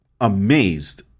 amazed